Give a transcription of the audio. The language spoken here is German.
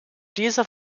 dieser